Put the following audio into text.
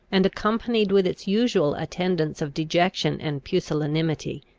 and accompanied with its usual attendants of dejection and pusillanimity,